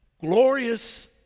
glorious